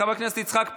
חבר הכנסת יצחק פינדרוס,